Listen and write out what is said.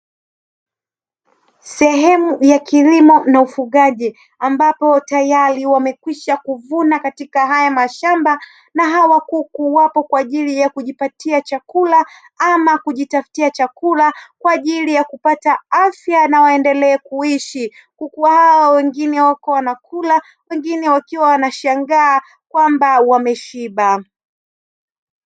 Sehemu ya kilimo na ufugaji, ambapo tayari wamekwisha kuvuna katika haya mashamba na hawa kuku wapo kwa ajili ya kujipatia chakula, ama kujitafutia chakula kwa ajili ya kupata afya na waendelee kuishi. Kuku hawa na wengine wapo wanakula, wengine wakiwa wanashangaa kwamba wameshiba.